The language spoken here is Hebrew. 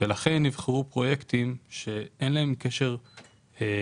ולכן נבחרו פרויקטים שלא נותנים מענה